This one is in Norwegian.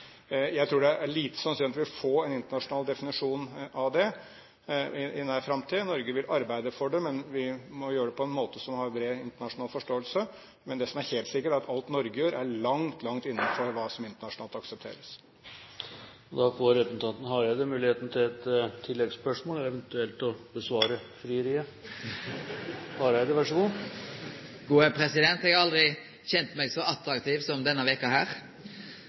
Jeg tror det er lite sannsynlig at vi får en internasjonal definisjon av det i nær framtid. Norge vil arbeide for det, men vi må gjøre det på en måte som har bred internasjonal forståelse. Men det som er helt sikkert, er at alt Norge gjør, er langt, langt innenfor hva som internasjonalt aksepteres. Da får Knut Arild Hareide muligheten til et oppfølgingsspørsmål, eventuelt til å besvare frieriet! Eg har aldri kjent meg så attraktiv som denne veka.